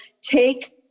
take